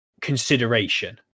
consideration